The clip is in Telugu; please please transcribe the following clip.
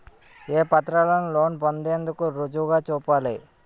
ఏ పత్రాలను లోన్ పొందేందుకు రుజువుగా చూపాలి?